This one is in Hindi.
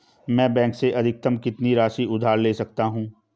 मैं बैंक से अधिकतम कितनी राशि उधार ले सकता हूँ?